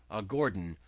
a gordon!